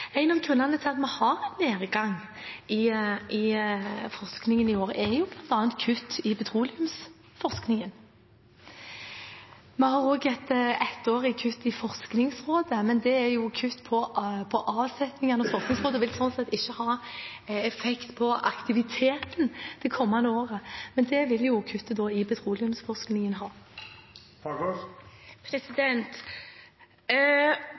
En av grunnene til at vi har en nedgang i forskningen i år, er bl.a. kutt i petroleumsforskningen. Vi har også et ettårig kutt i Forskningsrådet, men det er kutt i avsetningene, og det vil sånn sett ikke ha effekt på aktiviteten det kommende året. Men det vil kuttet i petroleumsforskningen ha.